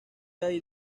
hay